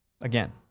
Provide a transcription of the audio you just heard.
again